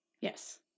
Yes